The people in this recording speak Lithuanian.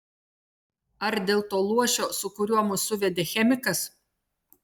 ar dėl to luošio su kuriuo mus suvedė chemikas